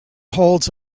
holds